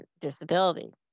disability